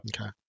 okay